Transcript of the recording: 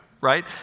right